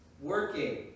working